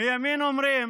מימין אומרים